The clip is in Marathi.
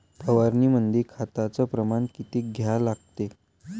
फवारनीमंदी खताचं प्रमान किती घ्या लागते?